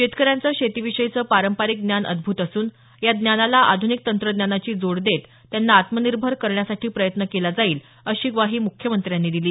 शेतकऱ्यांचं शेती विषयीचं पारंपारिक ज्ञान अद्भत असून या ज्ञानाला आधुनिक तंत्रज्ञानाची जोड देत त्यांना आत्मनिर्भर करण्यासाठी प्रयत्न केला जाईल अशी ग्वाही मुख्यमंत्र्यांनी दिली